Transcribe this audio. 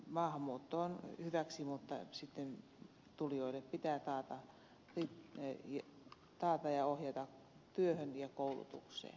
maahanmuutto on hyväksi mutta sitten tulijoille pitää taata työ ja koulutus ja ohjata niihin